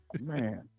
Man